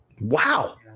Wow